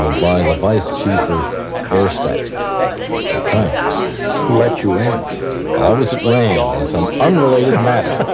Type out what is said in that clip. so by the vice chief of air staff for plans. who let you in? well i was at rand on some unrelated matter.